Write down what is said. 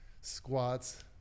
squats